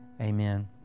Amen